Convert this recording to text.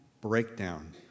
breakdown